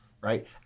right